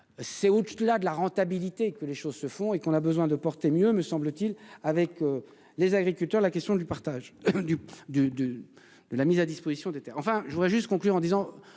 C'est où tu l'as de la rentabilité que les choses se font et qu'on a besoin de porter mieux me semble-t-il avec. Les agriculteurs. La question du partage du du. De la mise à disposition des enfin, je voudrais juste conclure en disant